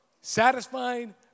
satisfying